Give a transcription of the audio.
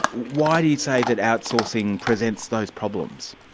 why do you say that outsourcing presents those problems?